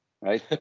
right